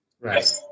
Right